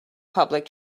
public